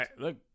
Look